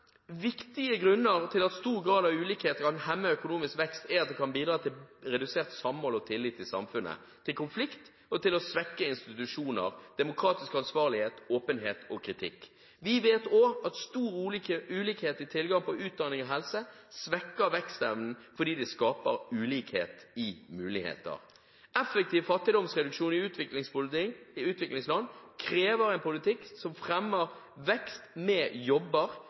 Viktige grunner til at stor grad av ulikhet kan hemme økonomisk vekst, er at det kan bidra til redusert samhold og tillit i samfunnet, til konflikt, og til å svekke institusjoner, demokratisk ansvarlighet, åpenhet og kritikk. Vi vet også at stor ulikhet i tilgang på utdanning og helse svekker vekstevnen, fordi det skaper ulikhet i muligheter. Effektiv fattigdomsreduksjon i utviklingsland krever en politikk som fremmer vekst – med jobber